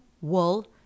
wool